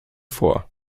vor